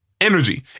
energy